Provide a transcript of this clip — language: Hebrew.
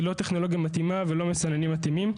ללא טכנולוגיה מתאימה וללא מסננים מתאימים.